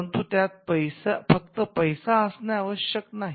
परंतु त्यात फक्त पैसा असणे आवश्यक नाही